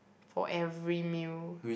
for every meal